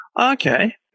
Okay